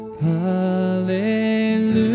Hallelujah